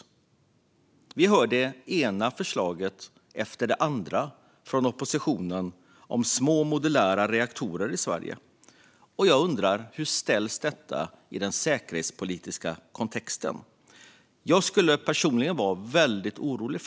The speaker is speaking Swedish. Från oppositionen hör vi det ena förslaget efter det andra om små modulära reaktorer i Sverige. Jag undrar hur detta diskuteras i den säkerhetspolitiska kontexten? Jag skulle personligen vara väldigt orolig